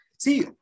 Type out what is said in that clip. See